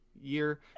year